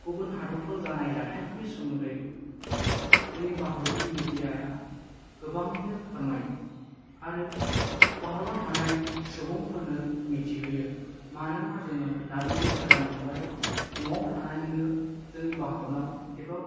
गुबुन हादरफ्राव जानाय जाथायफोरनि सोमोन्दै जोंनि भारतनि मिदियाया गोबाङैनो फोरमायो आरो भारताव थानाय सुबुंफोरनो मिथिहोयो मानोना जोङो दानि बे गोदान मुगायाव थानानै जोंनि भारताव एबा